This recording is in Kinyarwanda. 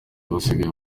basigaye